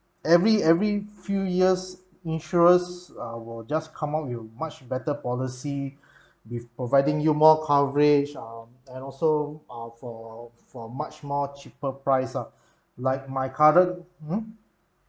every every few years insurers uh will just come out with much better policy with providing you more coverage um and also uh for for much more cheaper price ah like my current hmm